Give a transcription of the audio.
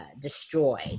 destroyed